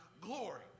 glory